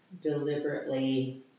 deliberately